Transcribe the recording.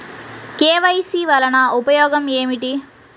KYC వలన ఉపయోగం ఏమిటీ?